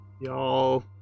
Y'all